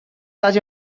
such